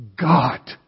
God